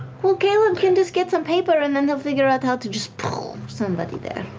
caleb can just get some paper and then they'll figure out how to just somebody there.